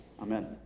Amen